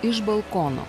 iš balkono